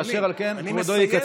ואשר על כן כבודו יסכם.